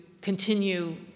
continue